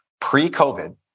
pre-COVID